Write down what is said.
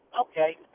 okay